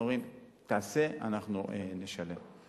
אומרים: תעשה, אנחנו נשלם.